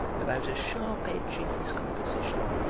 without a sharp edge in his composition,